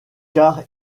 car